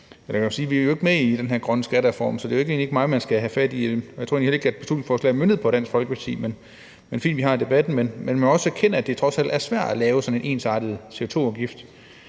er vi jo ikke med i den her grønne skattereform, så det er egentlig ikke mig, man skal have fat i, og jeg tror egentlig heller ikke, at beslutningsforslaget er møntet på Dansk Folkeparti, men det er fint, at vi har debatten. Men man må også erkende, at det trods alt er svært at lave en sådan ensartet CO2-afgift.